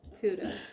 kudos